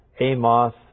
Amos